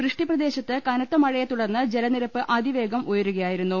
വൃഷ്ടിപ്രദേശത്ത് കനത്ത മഴയെ തുടർന്ന് ജലനിരപ്പ് അതിവേഗം ഉയരുകയായി രുന്നു